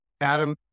Adam